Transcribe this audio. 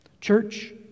Church